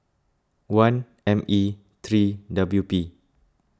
one M E three W P